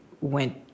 went